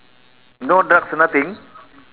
no drugs nothing